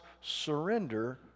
surrender